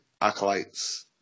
acolytes